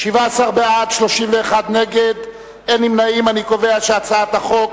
להסיר מסדר-היום את הצעת חוק